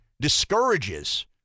discourages